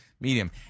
medium